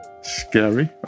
scary